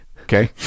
Okay